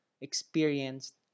experienced